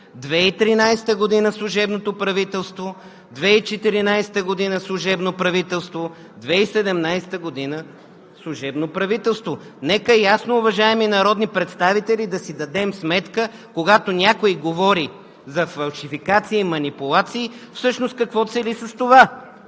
2013 г. – служебно правителство, 2014 г. – служебно правителство, 2017 г. – служебно правителство. Уважаеми народни представители, нека ясно да си дадем сметка, когато някой говори за фалшификации и манипулации, всъщност какво цели с това.